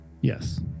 Yes